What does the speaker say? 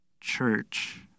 church